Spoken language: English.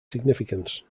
significance